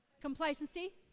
Complacency